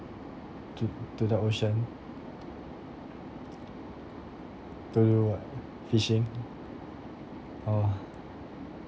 to to the ocean to do what fishing oh